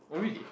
oh really